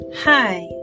hi